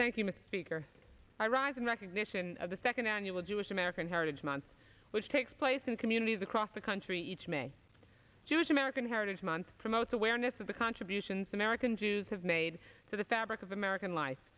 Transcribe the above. thank you mr speaker i rise in recognition of the second annual jewish american heritage month which takes place in communities across the country each may jewish american heritage month promotes awareness of the contributions american jews have made to the fabric of american life